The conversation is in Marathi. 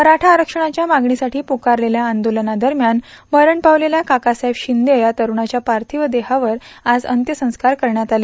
मराठा आरक्षणाच्या मागणीसाठी पुकारतेल्या आंदोलनादरम्यान मरण पावलेल्या काकासाहेब शिंदे या तरुणाच्या पार्थिव देहावर आज अंत्यसंस्कार करण्यात आलं